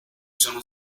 sono